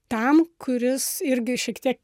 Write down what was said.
tam kuris irgi šiek tiek